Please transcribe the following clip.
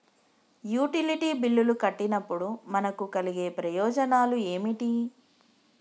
Utility బిల్లులు కట్టినప్పుడు మనకు కలిగే ప్రయోజనాలు ఏమిటి?